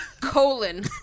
Colon